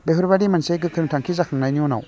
बेफोरबायदि मोनसे गोख्रों थांखि जाखांनायनि उनाव